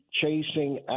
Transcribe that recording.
chasing